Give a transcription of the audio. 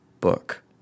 book